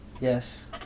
Yes